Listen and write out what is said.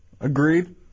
Agreed